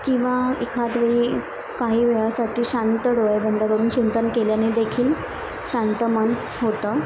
किंवा एखाद्या वेळी काही वेळासाठी शांत डोळे बंद करून चिंतन केल्याने देखील शांत मन होतं